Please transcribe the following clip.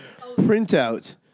printout